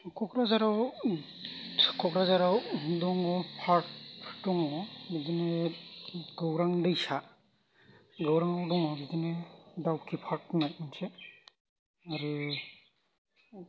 क'क्राझाराव क'क्राझाराव दङ पार्क दङ बिदिनो गौरां दैसा गौराङाव दङ बिदिनो दावखि पार्क होननाय मोनसे आरो